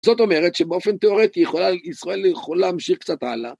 זאת אומרת שבאופן תיאורטי יכולה ישראל יכולה להמשיך קצת הלאה.